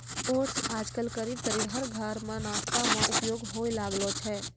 oats आजकल करीब करीब हर घर मॅ नाश्ता मॅ उपयोग होय लागलो छै